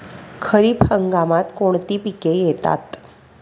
खरीप हंगामात कोणती पिके येतात?